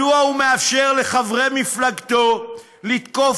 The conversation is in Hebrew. מדוע הוא מאפשר לחברי מפלגתו לתקוף